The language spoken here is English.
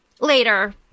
later